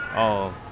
oh!